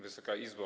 Wysoka Izbo!